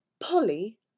Polly